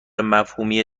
مفهومی